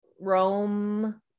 Rome